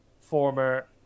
former